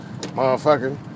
motherfucker